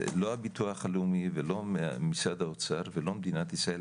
לא הביטוח הלאומי ולא משרד האוצר ולא מדינת ישראל,